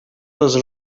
was